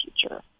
future